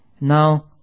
Now